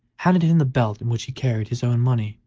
handed him the belt in which he carried his own money,